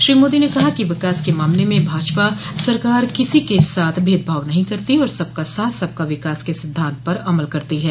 श्री मोदी ने कहा कि विकास के मामले में भाजपा सरकार किसी के साथ भेदभाव नहीं करती और सबका साथ सबका विकास के सिद्धान्त पर अमल करती है